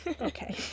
okay